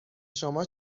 شما